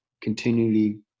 continually